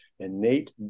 innate